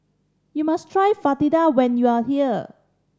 you must try Fritada when you are here